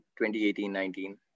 2018-19